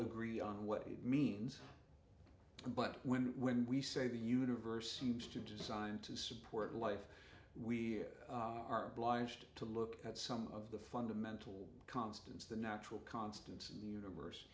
agree on what it means but when when we say the universe seems to design to support life we are obliged to look at some of the fundamental constants the natural constants in the universe